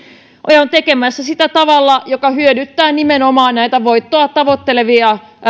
ja ja on tekemässä sitä tavalla joka hyödyttää nimenomaan näitä voittoa tavoittelevia